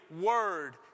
word